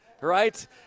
right